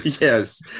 Yes